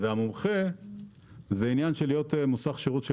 והמומחה זה עניין של להיות מוסך שירות של